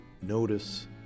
notice